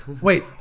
Wait